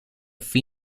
phi